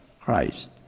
Christ